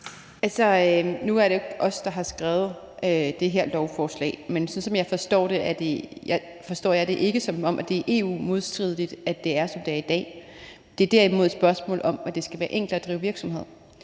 Nu er det jo ikke os, der har skrevet det her lovforslag, men jeg forstår det ikke, som om det er EU-modstridende, at det er, som det er i dag. Men det er derimod et spørgsmål om, at det skal være enklere at drive virksomhed,